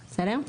בסדר?